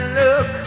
look